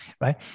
right